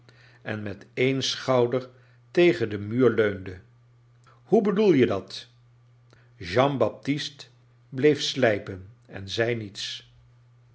en met een schouder tegen den muur leunde hoe bedoel je dat jean baptist bleef slijpen en zei niets